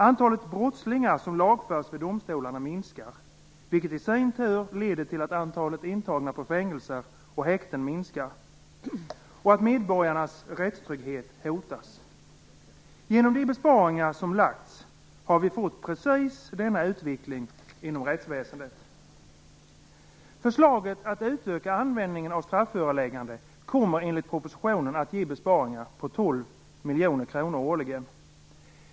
Antalet brottslingar som lagförs vid domstolarna minskar, vilket i sin tur leder till att antalet intagna på fängelser och häkten minskar och till att medborgarnas rättstrygghet hotas. Genom de besparingar som lagts har vi fått precis denna utveckling inom rättsväsendet. Förslaget att utöka användningen av strafföreläggande kommer enligt propositionen att ge besparingar på 12 miljoner kronor årligen.